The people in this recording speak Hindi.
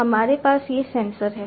हमारे पास ये सेंसर हैं